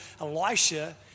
Elisha